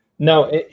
No